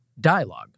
dialogue